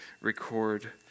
record